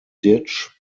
ditch